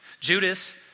Judas